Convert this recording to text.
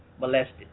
molested